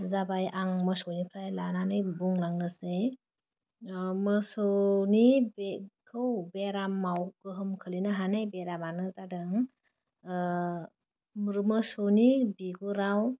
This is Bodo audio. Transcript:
जाबाय आं मोसौनिफ्राय लानानै बुंलांनोसै मोसौनि बेखौ बेरामाव गोहोम खोलैनो हनाय बेरामानो जादों रो मोसौनि बिगुराव